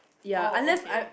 oh okay